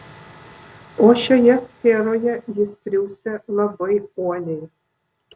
o šioje sferoje jis triūsia labai uoliai